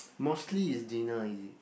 mostly is dinner is it